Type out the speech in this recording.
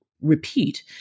repeat